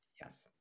Yes